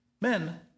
men